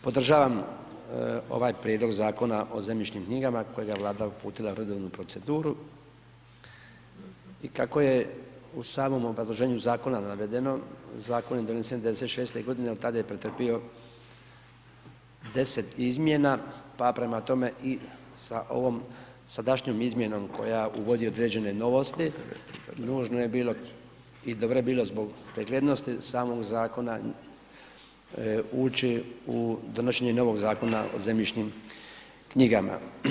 Podržavam ovaj prijedlog Zakona o zemljišnim knjigama kojega je Vlada uputila u redovnu proceduru i kako je u samom obrazloženju zakona navedeno, zakon je donesen '96., od tada je pretrpio 10 izmjena, pa prema tome i sa ovom sadašnjom izmjenom koja uvodi određene novosti, nužno je bilo i dobro je bilo zbog preglednosti samog zakona ući u donošenje novog zakona o zemljišnim knjigama.